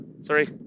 Sorry